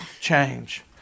change